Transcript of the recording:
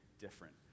different